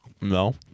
No